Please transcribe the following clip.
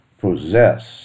possess